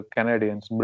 Canadians